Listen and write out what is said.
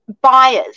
Buyers